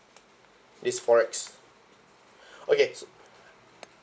this FOREX okay so